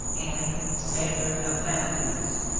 and standard of values.